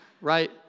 right